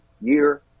year